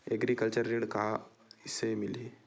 Agriculture ऋण कइसे मिलही?